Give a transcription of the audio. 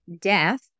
death